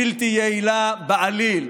בלתי יעילה בעליל,